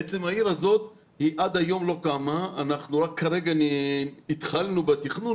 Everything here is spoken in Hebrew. בעצם העיר הזה עד היום לא קמה - כרגע התחלנו בתכנון